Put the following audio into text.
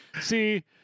See